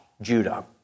Judah